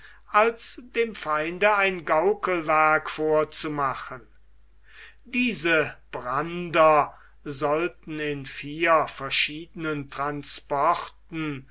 als dem feinde ein gaukelwerk vorzumachen diese brander sollten in vier verschiedenen transporten